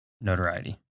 notoriety